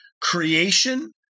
Creation